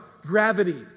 gravity